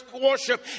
worship